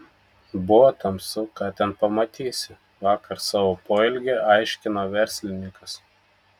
buvo tamsu ką ten pamatysi vakar savo poelgį aiškino verslininkas